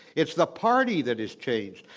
it's the party that has changed.